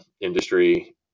industry